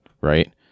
right